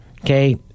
Okay